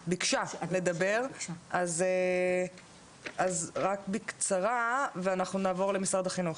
אז רק בקצרה ואנחנו נעבור למשרד החינוך.